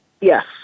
Yes